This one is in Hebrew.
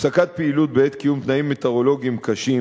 הפסקת פעילות בעת קיום תנאים מטאורולוגיים קשים,